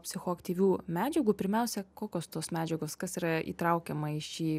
psichoaktyvių medžiagų pirmiausia kokios tos medžiagos kas yra įtraukiama į šį